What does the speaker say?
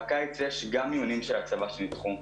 בקיץ יש גם אימונים של הצבא שנדחו,